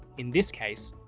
in this case,